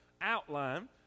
outline